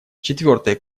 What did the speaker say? четвертой